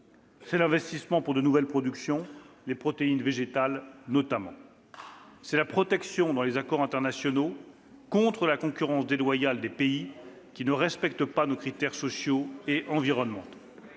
C'est l'investissement en faveur de nouvelles productions, les protéines végétales notamment. « C'est la protection, dans les accords internationaux, contre la concurrence déloyale des pays qui ne respectent pas nos critères sociaux et environnementaux.